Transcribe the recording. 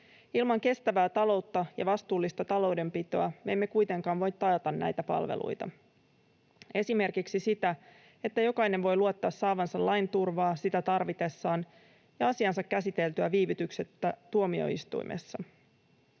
Ilman kestävää taloutta ja vastuullista taloudenpitoa me emme kuitenkaan voi taata näitä palveluita, esimerkiksi sitä, että jokainen voi luottaa saavansa tarvitessaan lain turvaa ja asiansa käsiteltyä viivytyksettä tuomioistuimessa,